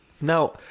Now